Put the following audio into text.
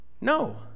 No